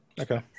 Okay